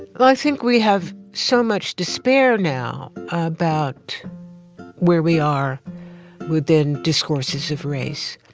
i think we have so much despair now about where we are within discourses of race.